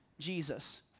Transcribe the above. Jesus